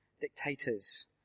dictators